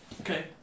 Okay